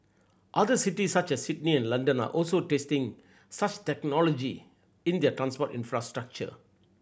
other cities such as Sydney and London are also testing such technology in their transport infrastructure